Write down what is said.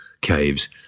caves